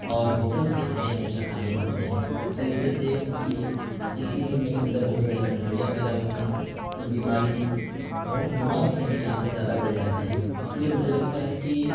اور ہوٹلس کے کھانے ہمیشہ کھانے پڑتے ہیں اس طریقے سے ان کی جسم میں اندر بہت ساری کمزوریاں پیدا ہوتی ہیں اور بیماری ہوں بیمار ہونے کے چانسز زیادہ بڑھ جاتے ہیں اس لیے مجھے لگتا ہے کہ